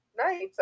Nice